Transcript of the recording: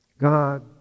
God